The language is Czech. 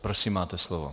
Prosím máte slovo.